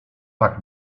tak